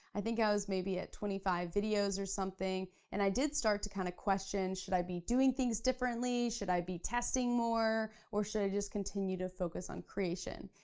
i think i was maybe at twenty five videos or something, and i did start to kinda question, should i be doing things differently, should i be testing more, or should i just continue continue to focus on creation?